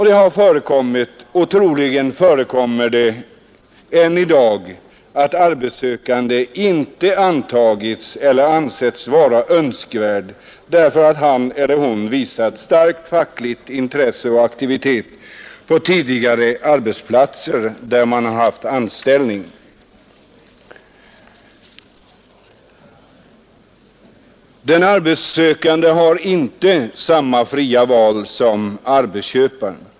Det har förekommit, och troligen förekommer det än i dag, att arbetssökande inte antagits eller inte ansetts vara önskvärd därför att han eller hon visat starkt fackligt intresse och aktivitet på tidigare arbetsplatser där man haft anställning. Den arbetssökande har inte samma fria val som arbetsköparna.